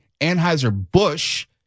Anheuser-Busch